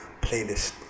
playlist